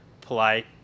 polite